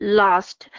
lost